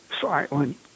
silent